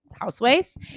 Housewives